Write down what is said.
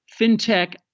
fintech